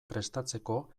prestatzeko